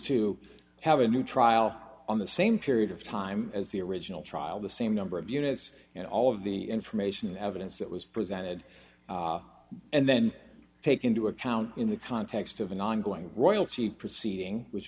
to have a new trial on the same period of time as the original trial the same number of units and all of the information and evidence that was presented and then take into account in the context of an ongoing royalty proceeding which